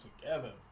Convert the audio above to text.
together